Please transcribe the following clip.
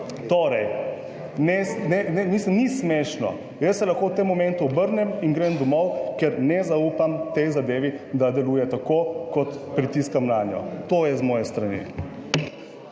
dvorani/ Mislim, ni smešno. Jaz se lahko v tem momentu obrnem in grem domov, ker ne zaupam tej zadevi, da deluje tako, kot pritiskam nanjo. To je z moje strani.